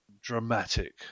dramatic